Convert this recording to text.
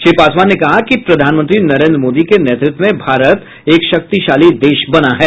श्री पासवान ने कहा कि प्रधानमंत्री नरेन्द्र मोदी के नेतृत्व में भारत एक शक्तिशाली देश बना है